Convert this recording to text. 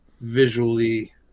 visually